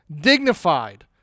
dignified